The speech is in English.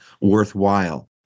worthwhile